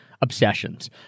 obsessions